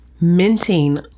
minting